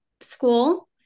school